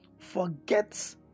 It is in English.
forget